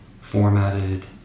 formatted